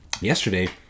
yesterday